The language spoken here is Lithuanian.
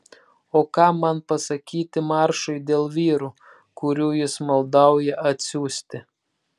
o ką man pasakyti maršui dėl vyrų kurių jis maldauja atsiųsti